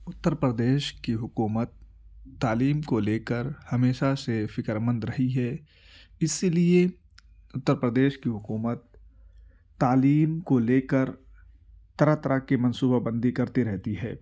اُتّر پردیش کی حکومت تعلیم کو لے کر ہمیشہ سے فکرمند رہی ہے اسی لیے اتّر پردیش کی حکومت تعلیم کو لے کر طرح طرح کی منصوبہ بندی کرتی رہتی ہے